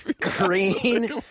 Green